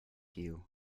you